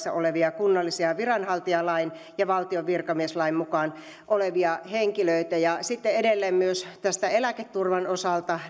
mukaan olevia kunnallisen viranhaltijalain kuin valtion virkamieslain mukaan olevia henkiöitä ja sitten edelleen myös eläketurvan osalta